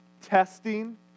testing